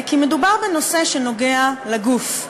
כי מדובר בנושא שנוגע לגוף.